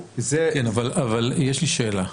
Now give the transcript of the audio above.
יש לי שאלה,